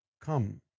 come